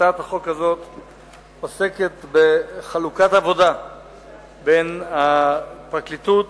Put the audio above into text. הצעת החוק הזאת עוסקת בחלוקת עבודה בין הפרקליטות